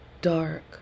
dark